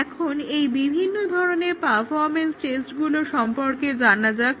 এখন এই বিভিন্ন ধরনের পারফরম্যান্স টেস্টগুলো সম্পর্কে জানা যাক